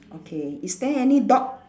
okay is there any dog